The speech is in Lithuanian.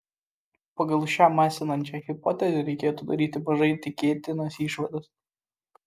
pagal šią masinančią hipotezę reikėtų daryti mažai tikėtinas išvadas